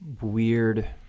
weird